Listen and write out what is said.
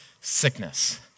sickness